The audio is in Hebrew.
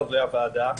חברי הוועדה,